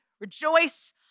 rejoice